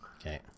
Okay